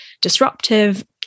disruptive